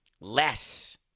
less